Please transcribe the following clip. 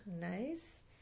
Nice